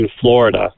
Florida